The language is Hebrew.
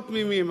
הם לא תמימים,